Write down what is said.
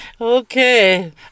Okay